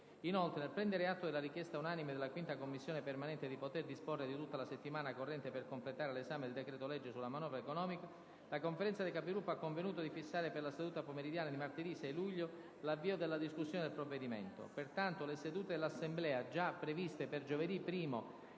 Inoltre, nel prendere atto della richiesta unanime della 5ª Commissione permanente di poter disporre di tutta la settimana corrente per completare l'esame del decreto-legge sulla manovra economica, la Conferenza dei Capigruppo ha convenuto di fissare per la seduta pomeridiana di martedì 6 luglio l'avvio della discussione del provvedimento. Pertanto le sedute dell'Assemblea già previste per giovedì 1° e